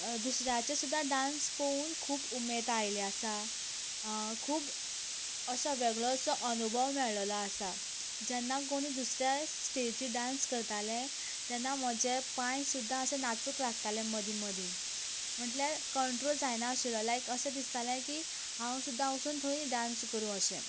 दुसऱ्यांचे सुद्दां डांस पळोवन खूब उमेद आयिल्ली आसा खूब असो वेगळोसो अनुभव मेळिल्लो आसा जेन्ना कोण दुसऱ्या स्टेजीर डांस करताले तेन्ना म्हजे पांय सुद्दां अशे नाचूंक लागताले मदीं मदीं म्हणल्यार कंट्रोल जायना आशिल्ले लायक अशें दिसतालें की हांव सुद्दां वचून थंय डांस करूं अशें